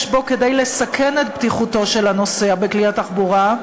בו כדי לסכן את בטיחותו של הנוסע בכלי התחבורה,